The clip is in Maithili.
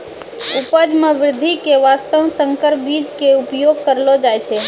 उपज मॅ वृद्धि के वास्तॅ संकर बीज के उपयोग करलो जाय छै